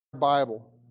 Bible